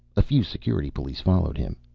a few security police followed him.